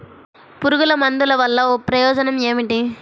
పురుగుల మందుల వల్ల ప్రయోజనం ఏమిటీ?